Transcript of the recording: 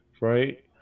right